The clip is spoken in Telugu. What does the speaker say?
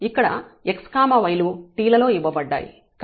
ఇక్కడ x y లు t లలో ఇవ్వబడ్డాయి